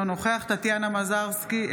אינו נוכח טטיאנה מזרסקי,